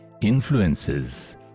influences